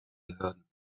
behörden